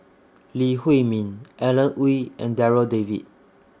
Lee Huei Min Alan Oei and Darryl David